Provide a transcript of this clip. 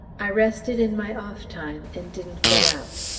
i rested in my off-time and didn't go out.